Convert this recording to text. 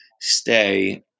stay